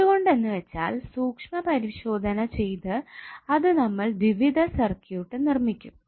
എന്തുകൊണ്ട് എന്നുവച്ചാൽ സൂക്ഷ്മ പരിശോധന ചെയ്തു അത് നമ്മൾ ദ്വിവിധ സർക്യൂട്ട് നിർമ്മിക്കും